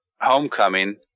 homecoming